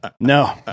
No